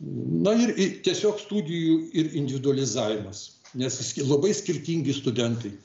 na ir i tiesiog studijų ir individualizavimas nes labai skirtingi studentai